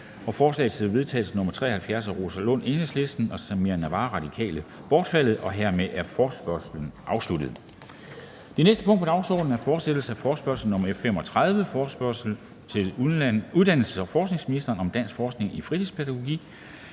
og forslag til vedtagelse nr. V 73 af Rosa Lund (EL) og Samira Nawa (RV) bortfaldet. Hermed er forespørgslen afsluttet. --- Det næste punkt på dagsordenen er: 4) Fortsættelse af forespørgsel nr. F 35 [afstemning]: Forespørgsel til uddannelses- og forskningsministeren om dansk forskning i fritidspædagogik.